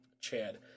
Chad